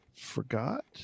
forgot